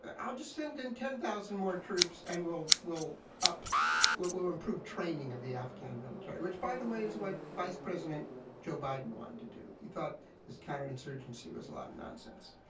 i'll just send in ten thousand more troops and we'll we'll up what will improve training of the afghan military, which, by the way, is what vice president joe biden wants to do. he thought this counterinsurgency was a lot of nonsense.